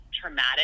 traumatic